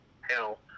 hell